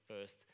first